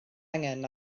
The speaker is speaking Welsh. angen